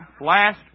Last